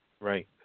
Right